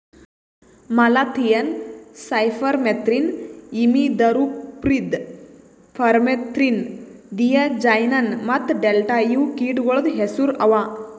malathion, cypermethrin, imidacloprid, permethrin, diazinon ಮತ್ತ delta ಇವು ಕೀಟಗೊಳ್ದು ಹೆಸುರ್ ಅವಾ